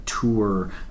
tour